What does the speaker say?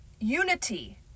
Unity